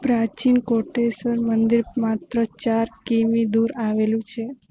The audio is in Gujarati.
પ્રાચીન કોટેશ્વર મંદિર માત્ર ચાર કિમી દૂર આવેલું છે